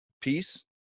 peace